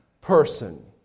person